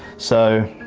so